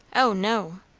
o no!